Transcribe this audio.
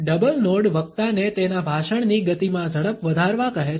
double nod વક્તાને તેના ભાષણની ગતિમાં ઝડપ વધારવા કહે છે